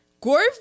Gore